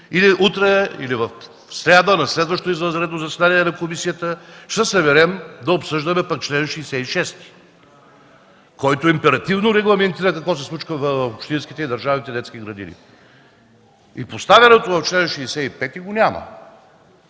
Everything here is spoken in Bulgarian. и утре или в сряда – на следващото извънредно заседание на комисията, се съберем да обсъждаме пък чл. 66, който императивно регламентира какво се случва в общинските и държавните детски градини и поставеното в чл. 65 го няма?